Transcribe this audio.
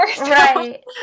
Right